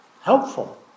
helpful